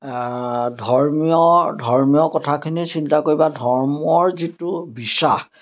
ধৰ্মীয় ধৰ্মীয় কথাখিনি চিন্তা কৰিব ধৰ্মৰ যিটো বিশ্বাস